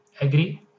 Agree